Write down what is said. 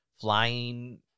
flying